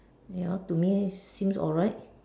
ya to me seems alright